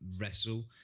wrestle